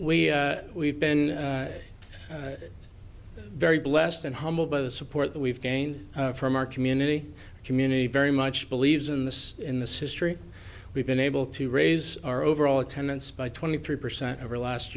e we've been very blessed and humbled by the support that we've gained from our community community very much believes in this in the sister e we've been able to raise our overall attendance by twenty three percent over last